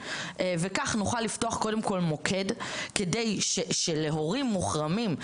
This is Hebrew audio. וכך נוכל לפתוח קודם כל מוקד כדי שלהורים מוחרמים,